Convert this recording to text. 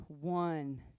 one